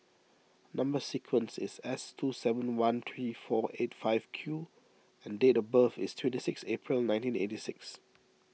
Number Sequence is S two seven one three four eight five Q and date of birth is twenty six April nineteen eighty six